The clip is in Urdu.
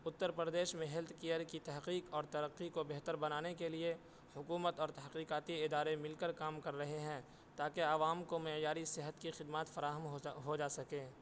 اتر پردیش میں ہیلتھ کیئر کی تحقیق اور ترقی کو بہتر بنانے کے لیے حکومت اور تحقیقاتی ادارے مل کر کام کر رہے ہیں تا کہ عوام کو معیاری صحت کی خدمات فراہم ہو ہو جا سکے